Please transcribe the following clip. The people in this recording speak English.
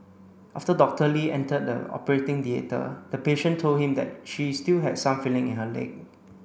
after Doctor Lee entered the operating theatre the patient told him that she still had some feeling in her leg